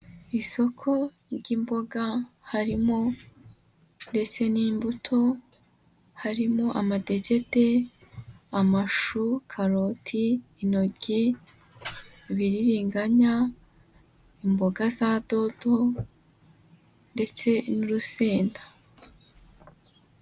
Isoko ry'imboga harimo ndetse n'imbuto harimo amadegede, amashu, karoti, intoryi, ibiririganya, imboga za dodo ndetse n'urusenda.